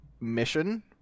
mission